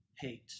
hate